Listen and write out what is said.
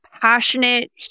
passionate